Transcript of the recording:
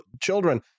children